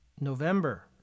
November